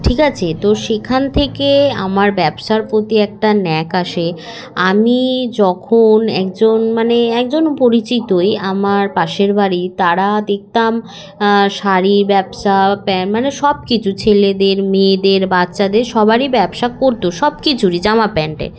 ঠিক আছে তো সেইখান থেকে আমার ব্যবসার প্রতি একটা ন্যাক আসে আমি যখন একজন মানে একজন পরিচিতই আমার পাশের বাড়ি তারা দেখতাম শাড়ির ব্যবসা প্যান্ট মানে সব কিছু ছেলেদের মেয়েদের বাচ্চাদের সবারই ব্যবসা করত সব কিছুরই জামা প্যান্টের